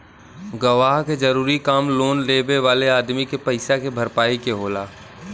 गवाह के जरूरी काम लोन लेवे वाले अदमी के पईसा के भरपाई के होला